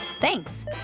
Thanks